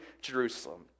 Jerusalem